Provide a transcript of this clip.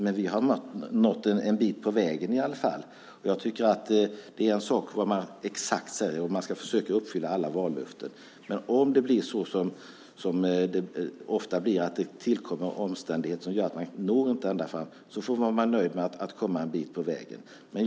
Men vi har i alla fall nått en bit på vägen. Det är en sak vad man exakt säger om att uppfylla alla vallöften, men om det blir så som det ofta blir att det tillkommer omständigheter som gör att man inte når ända fram får man vara nöjd med att komma en bit på vägen.